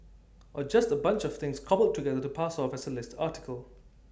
or just A bunch of things cobbled together to pass off as A list article